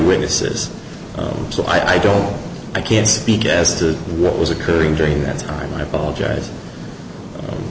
witnesses so i don't i can't speak as to what was occurring during that time i apologize